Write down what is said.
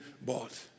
bought